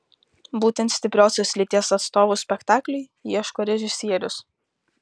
būtent stipriosios lyties atstovų spektakliui ieško režisierius